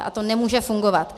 A to nemůže fungovat.